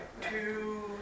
two